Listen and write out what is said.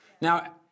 Now